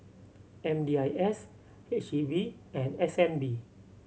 M D I S H E B and S N B